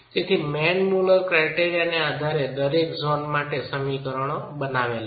તેથી Mann Muller criteria ના આધારે દરેક ઝોન માટે સમીકરણઓ વિકસાવ્યા છે